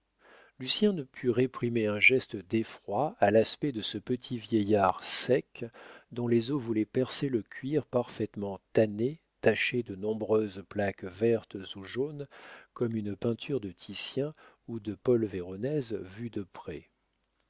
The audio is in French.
homme lucien ne put réprimer un geste d'effroi à l'aspect de ce petit vieillard sec dont les os voulaient percer le cuir parfaitement tanné taché de nombreuses plaques vertes ou jaunes comme une peinture de titien ou de paul véronèse vue de près